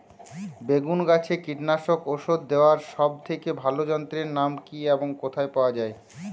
বেগুন গাছে কীটনাশক ওষুধ দেওয়ার সব থেকে ভালো যন্ত্রের নাম কি এবং কোথায় পাওয়া যায়?